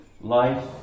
life